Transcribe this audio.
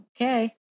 okay